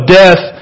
death